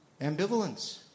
ambivalence